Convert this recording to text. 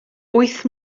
wyth